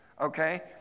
okay